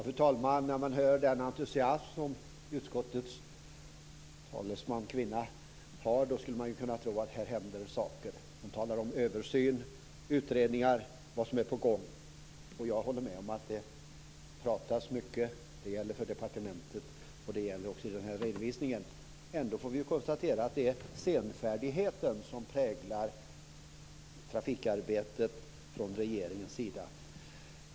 Fru talman! När man hör den entusiasm som utskottets talesman har skulle man kunna tro att det händer saker. Hon talar om översyn, utredningar och vad som är på gång. Jag håller med om att det pratas mycket. Det gäller för departementet och det gäller för den här redovisningen. Ändå får vi konstatera att det är senfärdigheten som präglar trafikarbetet från regeringens sida.